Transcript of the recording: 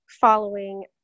following